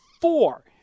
four